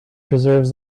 preserves